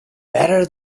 better